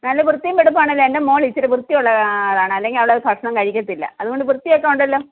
നല്ല വൃത്തീം വെടിപ്പുമാണല്ലോ എൻ്റെ മോൾ ഇച്ചിരി വൃത്തിയുള്ള ആളാണ് അല്ലെങ്കിൽ അവൾ ഭക്ഷണം കഴിക്കത്തില്ല അതുകൊണ്ട് വൃത്തിയൊക്കെയുണ്ടല്ലോ